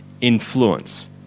influence